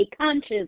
conscious